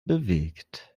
bewegt